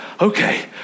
okay